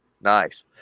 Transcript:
Nice